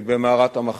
במערת המכפלה.